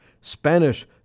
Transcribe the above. Spanish